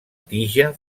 tija